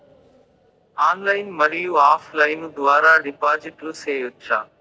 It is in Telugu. ఆన్లైన్ మరియు ఆఫ్ లైను ద్వారా డిపాజిట్లు సేయొచ్చా?